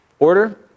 Order